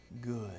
good